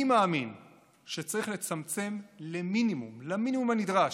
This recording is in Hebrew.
אני מאמין שצריך לצמצמם למינימום, למינימום הנדרש,